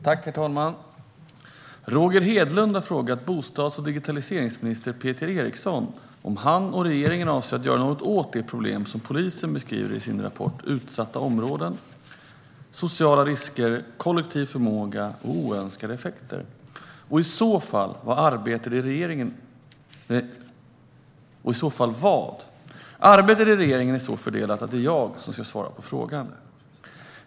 Herr talman! Roger Hedlund har frågat bostads och digitaliseringsminister Peter Eriksson om han och regeringen avser att göra något åt de problem som polisen beskriver i sin rapport Utsatta områden - sociala risker, kollektiv förmåga och oönskade effekter , och i så fall vad. Arbetet i regeringen är så fördelat att det är jag som ska svara på frågan.